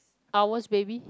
owl's baby